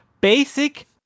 Basic